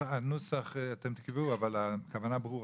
את הנוסח אתם תקבעו אבל הכוונה ברורה.